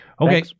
Okay